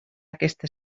aquesta